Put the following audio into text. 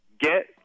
Get